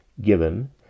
given